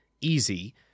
easy